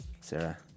Sarah